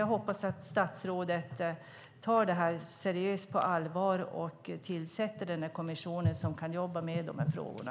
Jag hoppas att statsrådet tar dem på allvar och tillsätter den kommission som kan jobba med frågorna.